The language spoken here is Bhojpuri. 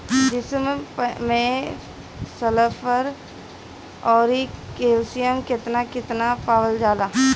जिप्सम मैं सल्फर औरी कैलशियम कितना कितना पावल जाला?